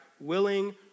willing